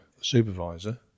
supervisor